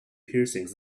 piercings